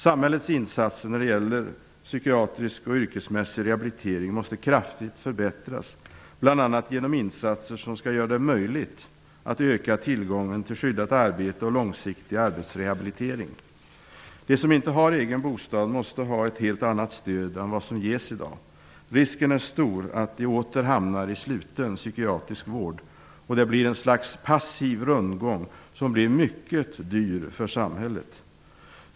Samhällets insatser när det gäller psykiatrisk och yrkesmässig rehabilitering måste kraftigt förbättras, bl.a. genom insatser som skall göra det möjligt att öka tillgången till skyddat arbete och långsiktig arbetsrehabilitering. De som inte har egen bostad måste ha ett helt annat stöd än vad som ges i dag. Risken är annars stor att de åter hamnar i sluten psykiatrisk vård och att det blir ett slags passiv rundgång som blir mycket dyr för samhället.